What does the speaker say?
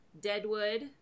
deadwood